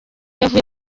yavuye